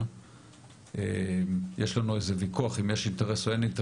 אנחנו התכנסנו כאן היום עם החברות עצמן כדי לשמוע אותן.